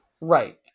Right